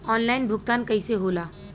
Online भुगतान कईसे होला?